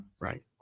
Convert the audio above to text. right